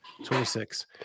26